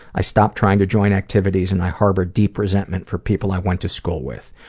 i stopped trying to join activities, and i harbored deep resentment for people i went to school with.